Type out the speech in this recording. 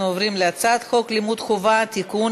אנחנו עוברים להצעת חוק לימוד חובה (תיקון,